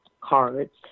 cards